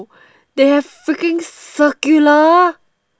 they have freaking circular